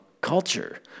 culture